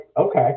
okay